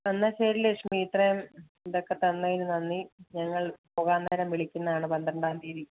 എന്നാൽ ശരി ലക്ഷ്മി ഇത്രയും ഇത് ഒക്കെ തന്നതിന് നന്ദി ഞങ്ങൾ പോവാൻ നേരം വിളിക്കുന്നതാണ് പന്ത്രണ്ടാം തീയ്യതി